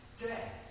dead